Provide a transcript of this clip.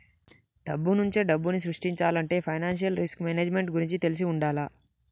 డబ్బునుంచే డబ్బుని సృష్టించాలంటే ఫైనాన్షియల్ రిస్క్ మేనేజ్మెంట్ గురించి తెలిసి వుండాల